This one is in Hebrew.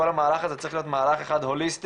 כל המהלך הזה צריך להיות מהלך אחד הוליסטי,